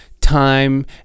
time